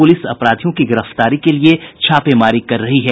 police अपराधियों की गिरफ्तारी के लिए छापेमारी कर रही है